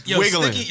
wiggling